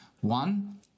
One